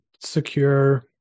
secure